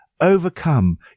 overcome